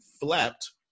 flapped